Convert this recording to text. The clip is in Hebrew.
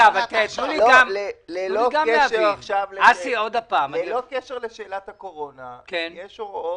ללא קשר לשאלת הקורונה, יש הוראות.